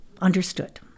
understood